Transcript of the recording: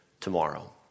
tomorrow